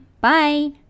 Bye